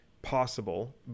possible